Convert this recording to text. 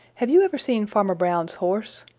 have you ever seen farmer brown's horse?